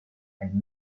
and